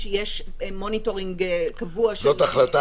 שיש מוניטורינג קבוע של --- זאת החלטה